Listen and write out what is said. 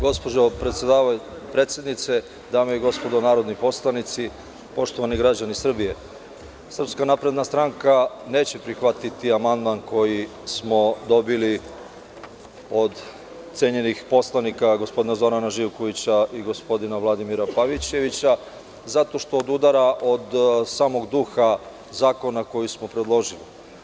Gospođo predsednice, dame i gospodo narodni poslanici, poštovani građani Srbije, SNS neće prihvatiti amandman koji smo dobili od cenjenih poslanika gospodina Zorana Živkovića i gospodina Vladimira Pavićevića zato što odudara od samog duha zakona koji smo predložili.